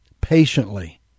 patiently